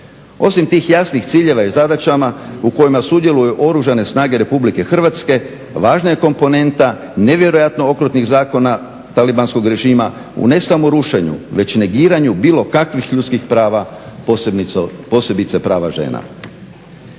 Osim tih jasnih ciljeva i zadaćama u kojima sudjeluju Oružane snage Republike Hrvatske važna je komponenta nevjerojatno okrutnih zakona talibanskog režima u ne samo rušenju, već negiranju bilo kakvih ljudskih prava, posebice prava žena.